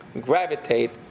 gravitate